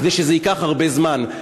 כדי שזה ייקח הרבה זמן.